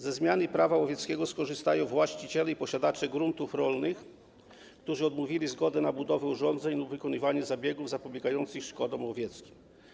Ze zmiany Prawa łowieckiego skorzystają właściciele i posiadacze gruntów rolnych, którzy odmówili zgody na budowę urządzeń lub wykonywanie zabiegów zapobiegających szkodom łowieckim.